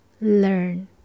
learn